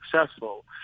successful